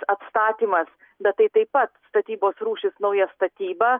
atstatymas bet tai taip pat statybos rūšis nauja statyba